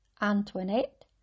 Antoinette